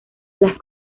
las